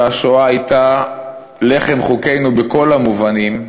שהשואה הייתה לחם חוקנו בכל המובנים,